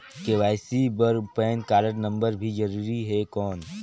KYC बर PAN card number भी जरूरी हे कौन?